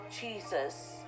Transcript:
Jesus